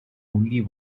only